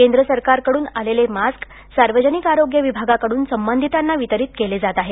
केंद्र सरकारकडून आलेले मास्कच सार्वजनिक आरोग्य विभागाकडून संबंधितांना वितरीत केले जात आहेत